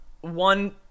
one